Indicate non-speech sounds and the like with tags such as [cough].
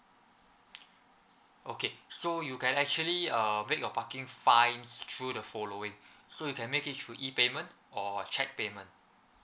okay so you can actually uh pay your parking fines through the following [breath] so you can make it through E payment or cheque payment